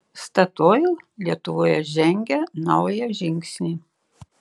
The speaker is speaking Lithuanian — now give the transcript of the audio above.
statoil lietuvoje žengia naują žingsnį